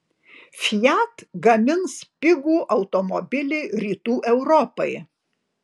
fiat gamins pigų automobilį rytų europai